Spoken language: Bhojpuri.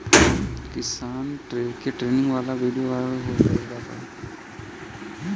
किसान के ट्रेनिंग वाला विडीओ वायरल हो गईल बा